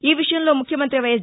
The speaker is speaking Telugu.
ఈ విషయంలో ముఖ్యమంత్రి వైఎస్